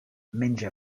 menja